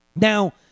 Now